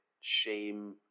shame